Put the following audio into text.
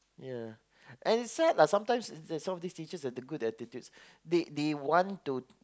ya and sad sometime these teacher have good attitude they want to